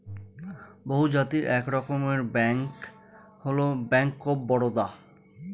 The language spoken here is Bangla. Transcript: বহুজাতিক এক রকমের ব্যাঙ্ক হল ব্যাঙ্ক অফ বারদা